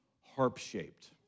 harp-shaped